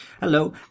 Hello